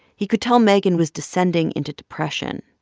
he could tell megan was descending into depression.